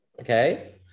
okay